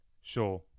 Sure